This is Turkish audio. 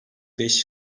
beş